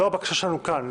זו הבקשה שלנו כאן,